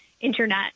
internet